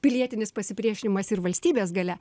pilietinis pasipriešinimas ir valstybės galia